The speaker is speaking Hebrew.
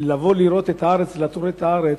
לתור את הארץ,